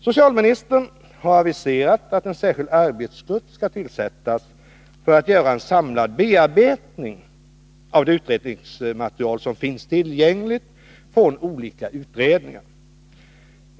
Socialministern har aviserat att en särskild arbetsgrupp skall tillsättas. Denna skall göra en samlad bearbetning av det utredningsmaterial som finns tillgängligt från olika utredningar.